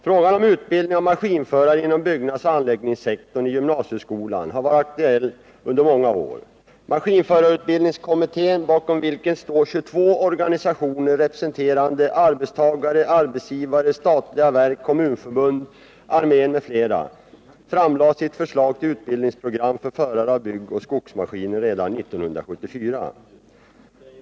Frågan om utbildning av maskinförare inom byggnadsoch anläggningssektorn i gymnasieskolan har varit aktuell under många år. Maskinförarutbildningskommittén , bakom vilken står 22 organisationer representerande arbetstagare, arbetsgivare, statliga verk, kommunförbunden, armén m.fl., framlade sitt förslag till utbildningsprogram för förare av byggoch skogsmaskiner redan 1974.